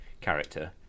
character